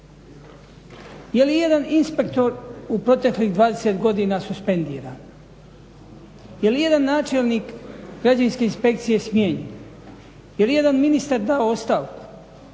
Je li ijedan inspektor u proteklih 20 godina suspendiran? Je li ijedan načelnik građevinske inspekcije smijenjen? Je li ijedan ministar dao ostavku?